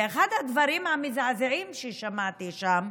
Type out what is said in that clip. ואחד הדברים המזעזעים ששמעתי שם,